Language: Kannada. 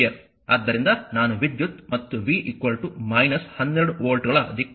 ಆದ್ದರಿಂದ ನಾನು ವಿದ್ಯುತ್ ಮತ್ತು v 12 ವೋಲ್ಟ್ಗಳ ದಿಕ್ಕನ್ನು ಹಿಮ್ಮುಖಗೊಳಿಸಿದ್ದೇನೆ